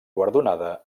guardonada